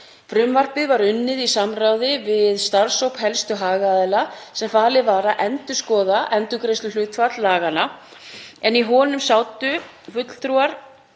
Frumvarpið var unnið í samráði við starfshóp helstu hagaðila sem falið var að endurskoða endurgreiðsluhlutfall laganna en í honum sátu fulltrúar